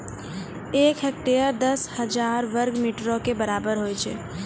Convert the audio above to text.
एक हेक्टेयर, दस हजार वर्ग मीटरो के बराबर होय छै